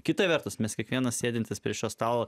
kita vertus mes kiekvienas sėdintis priešais tau